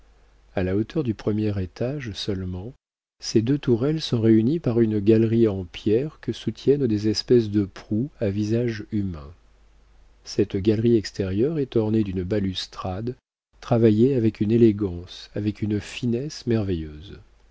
a la hauteur du premier étage seulement ces deux tourelles sont réunies par une galerie en pierre que soutiennent des espèces de proues à visages humains cette galerie extérieure est ornée d'une balustrade travaillée avec une élégance avec une finesse merveilleuse